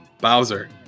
Bowser